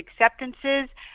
acceptances